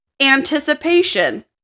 anticipation